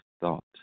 thought